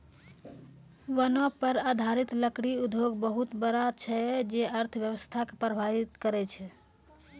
वनो पर आधारित लकड़ी उद्योग बहुत बड़ा छै जे अर्थव्यवस्था के प्रभावित करै छै